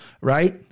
Right